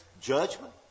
judgment